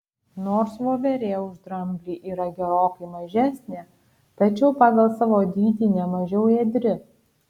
nors voverė už dramblį yra gerokai mažesnė tačiau pagal savo dydį ne mažiau ėdri